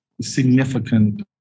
significant